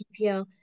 PPL